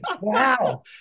wow